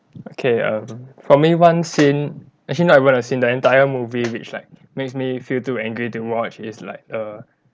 okay um for me one scene actually not even the scene the entire movie which like makes me feel too angry to watch is like err